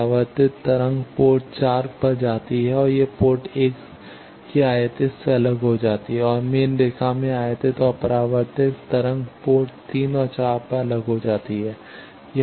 परावर्तित तरंग पोर्ट 4 पर जाती है यह पोर्ट 1 की आयातित से अलग हो जाती है और मेन रेखा में आयातित और परावर्तित तरंग पोर्ट 3 और 4 पर अलग हो जाती है